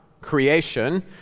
Creation